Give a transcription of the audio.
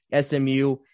SMU